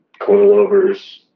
coilovers